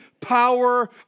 power